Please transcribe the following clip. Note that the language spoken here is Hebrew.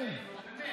למה אתם מפריעים לו?